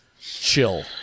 chill